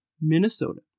Minnesota